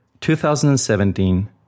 2017